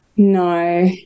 No